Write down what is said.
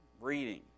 reading